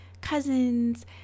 cousins